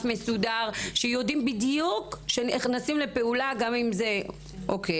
מסודר שיודעים בדיוק שנכנסים לפעולה גם אם זה --- לא.